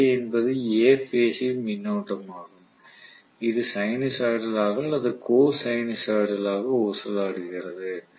iA என்பது A phase ன் மின்னோட்டமாகும் இது சைனூசாய்டலாக அல்லது கோ சைனூசாய்டலாக ஊசலாடுகிறது